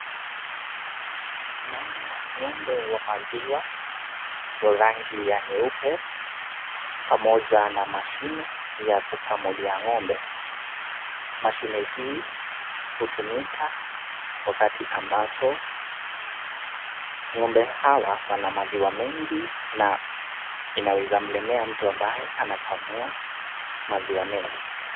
Naona ng'ombe wa maziwa wa rangi ya nyeupe pamoja na mashine ya kukamulia ng'ombe. Mashine hii hutumika wakati ambapo ng'ombe hawa wana waziwa mengi na inaweza mlemea mtu ambaye anakamua maziwa mengi.